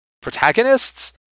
protagonists